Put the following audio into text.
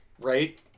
right